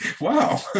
Wow